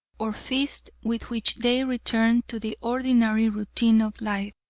or feast with which they return to the ordinary routine of life,